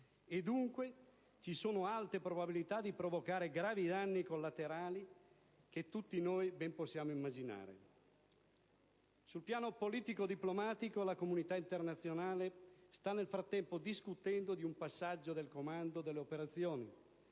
dunque ci sono alte probabilità di provocare gravi danni collaterali che tutti noi ben possiamo immaginare. Sul piano politico-diplomatico la comunità internazionale sta nel frattempo discutendo di un passaggio del comando dell'operazione,